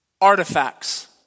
artifacts